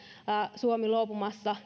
suomi luopumassa